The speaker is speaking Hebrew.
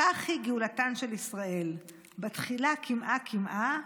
כך היא גאולתן של ישראל, בתחילה קמעה-קמעה,